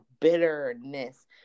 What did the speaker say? bitterness